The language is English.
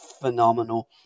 Phenomenal